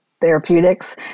therapeutics